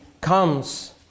comes